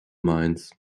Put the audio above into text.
minds